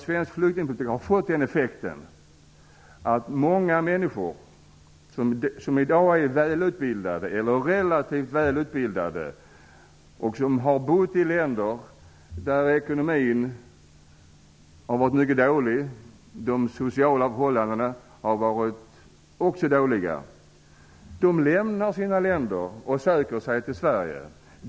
Svensk flyktingpolitik har fått den effekten att många människor som i dag är välutbildade eller relativt välutbildade och som bor i länder där ekonomin och de sociala förhållandena är dåliga, lämnar sina länder och söker sig till Sverige.